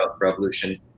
revolution